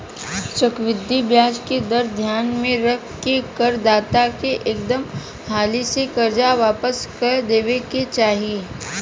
चक्रवृद्धि ब्याज दर के ध्यान में रख के कर दाता के एकदम हाली से कर्जा वापस क देबे के चाही